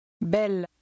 Belle